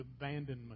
abandonment